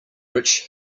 rich